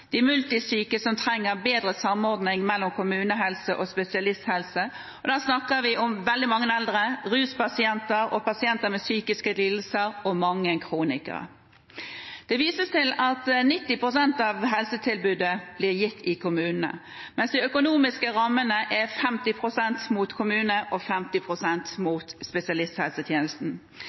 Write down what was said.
de multisyke, som trenger bedre samordning mellom kommunehelse- og spesialisthelsetjenesten. Og da snakker vi om veldig mange eldre, ruspasienter og pasienter med psykiske lidelser og mange kronikere. Det vises til at 90 pst. av helsetilbudet blir gitt i kommunene, mens de økonomiske rammene er 50 pst. mot kommunehelse- og 50 pst. mot spesialisthelsetjenesten.